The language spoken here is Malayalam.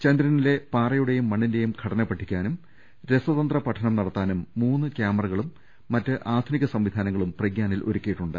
ചന്ദ്രനിലെ പാറയുടേയും മണ്ണിന്റേയും ഘടന പഠിക്കാനും രസ തന്ത്ര പഠനം നടത്താനും മൂന്ന് കൃാമറകളും മറ്റ് ആധുനിക സംവി ധാനങ്ങളും പ്രഗ്യാനിൽ ഒരുക്കിയിട്ടുണ്ട്